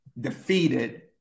defeated